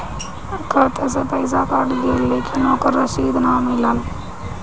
खाता से पइसा कट गेलऽ लेकिन ओकर रशिद न मिलल?